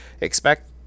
expect